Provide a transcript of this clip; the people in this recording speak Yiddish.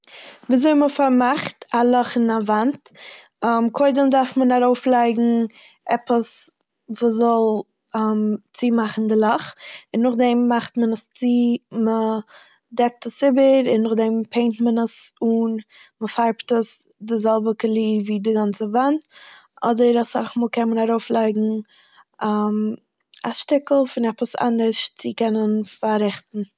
וויאזוי מ'פארמאכט א לאך אין א וואנט. קודם דארף מען ארויפלייגן עפעס וואס זאל צומאכן די לאך, און נאכדעם מאכט מען עס צו- מ'דעקט עס צו, און נאכדעם פעינט מען עס אן- מ'פארבט עס די זעלבע קאליר ווי די גאנצע וואנט, אדער אסאך מאל קען מען ארויפלייגן א שטיקל פון עפעס אנדערש צו קענען פארעכטן.